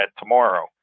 tomorrow